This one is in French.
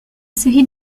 série